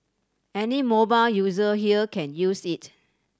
any mobile user here can use it